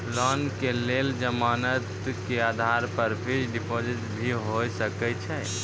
Loan के लेल जमानत के आधार पर फिक्स्ड डिपोजिट भी होय सके छै?